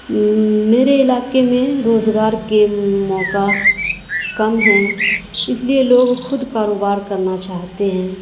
میرے علاقے میں روزگار کے موقع کم ہیں اس لیے لوگ خود کاروبار کرنا چاہتے ہیں